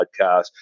podcast